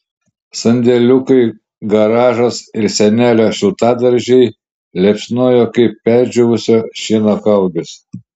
sandėliukai garažas ir senelio šiltadaržiai liepsnojo kaip perdžiūvusio šieno kaugės